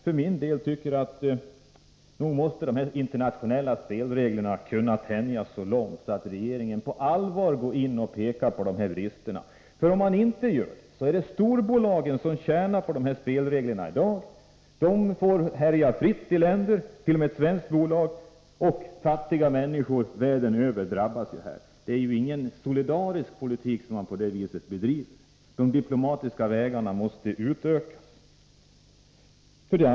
För min del tycker jag att de internationella spelreglerna måste kunna tänjas så långt att regeringen på allvar går in och pekar på dessa brister. Om regeringen inte gör det blir det storbolagen som tjänar på dessa spelregler. Bolagen får härja fritt i olika länder —t.o.m. ett svenskt bolag — och det är fattiga människor världen över som drabbas. Det är ingen solidarisk politik som man bedriver på det sättet. De diplomatiska vägarna måste utökas.